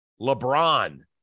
LeBron